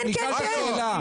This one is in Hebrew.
כן, כן, כן.